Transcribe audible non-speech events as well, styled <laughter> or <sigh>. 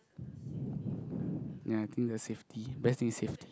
<breath> ya I think the safety best in safety